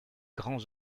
grands